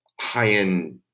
high-end